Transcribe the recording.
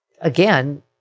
again